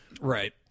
Right